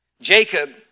Jacob